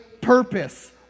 purpose